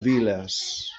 viles